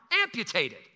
amputated